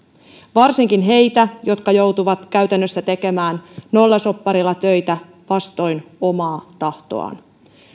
varsinkin heitä jotka joutuvat käytännössä tekemään nollasopparilla töitä vastoin omaa tahtoaan